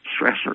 stressor